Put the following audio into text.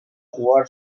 jugar